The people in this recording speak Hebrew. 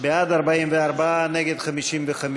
בעד, 44, נגד, 55,